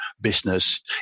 business